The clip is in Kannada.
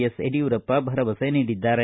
ಎಸ್ ಯಡಿಯೂರಪ್ಪ ಭರವಸೆ ನೀಡಿದ್ದಾರೆ